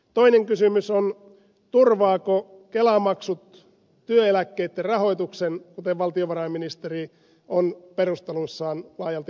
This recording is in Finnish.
toinen kysymys on turvaavatko kelamaksut työeläkkeitten rahoituksen kuten valtiovarainministeri on perusteluissaan laajalti esittänyt